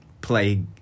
play